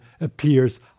appears